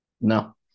No